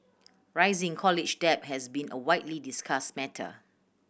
rising college debt has been a widely discussed matter